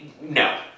no